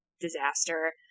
Disaster